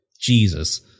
Jesus